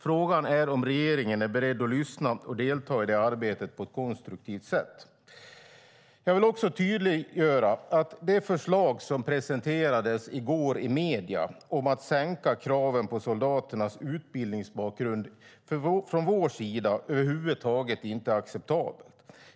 Frågan är om regeringen är beredd att lyssna och delta i det arbetet på ett konstruktivt sätt. Jag vill också tydliggöra att det förslag som presenterades i går i medierna om att sänka kraven på soldaternas utbildningsbakgrund inte är acceptabelt över huvud taget från vår sida.